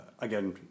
Again